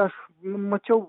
aš mačiau